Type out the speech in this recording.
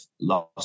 lost